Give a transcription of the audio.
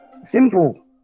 Simple